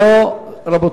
לא ממתין לאף אחד, רבותי.